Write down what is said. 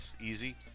easy